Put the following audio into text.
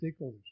stakeholders